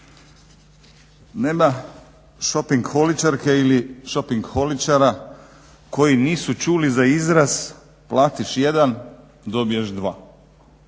Nema šopingholičarke ili šopingholičara koji nisu čuli za izraz platiš dobiješ dva.